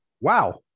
Wow